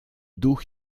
duch